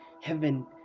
heaven